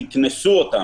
תקנסו אותם.